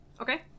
Okay